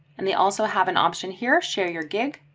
and they also have an option here share your gig.